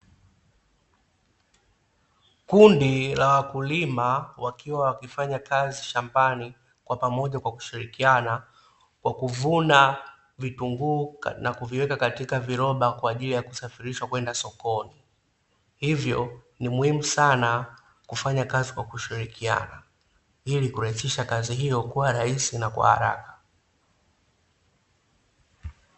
Kundi la wakulima wakiwa wakifanya kazi shambani kwa pamoja kwa kushirikiana, kwa kuvuna vitunguu na kuviweka katika viroba kwa ajili ya kusafirishwa kwenda sokoni, hivyo ni muhimu sana kufanya kazi kwa kushirikiana ili kurahisisha kazi hiyo kuwa rahisi na kwa haraka.